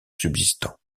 subsistant